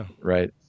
right